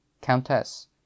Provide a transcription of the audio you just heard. countess